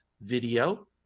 video